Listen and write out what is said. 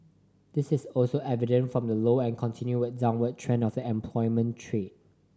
this is also evident from the low and continued downward trend of the unemployment trade